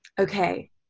okay